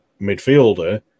midfielder